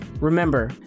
Remember